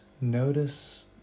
notice